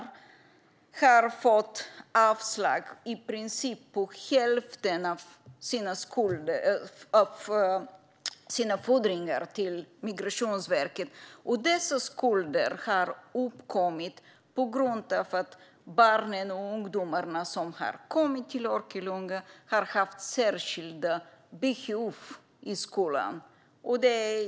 De har fått avslag på i stort sett hälften av sina fordringar på Migrationsverket. Dessa skulder har uppkommit på grund av att barnen och ungdomarna som har kommit till Örkelljunga har haft särskilda behov i skolan.